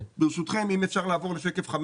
ברשותכם, אם אפשר להתקדם לשקף 5